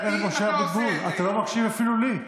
חבר הכנסת משה אבוטבול, אתה לא מקשיב אפילו לי.